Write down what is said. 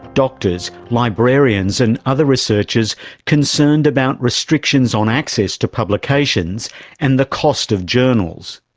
doctors, librarians and other researchers concerned about restrictions on access to publications and the cost of journals.